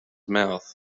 mouth